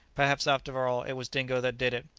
perhaps, after all, it was dingo that did it.